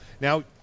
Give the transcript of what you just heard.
Now